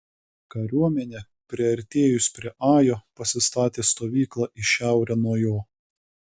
kariuomenė priartėjus prie ajo pasistatė stovyklą į šiaurę nuo jo